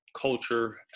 culture